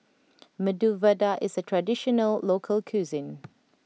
Medu Vada is a traditional local cuisine